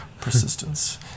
persistence